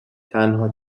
تنها